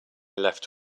left